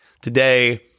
Today